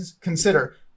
consider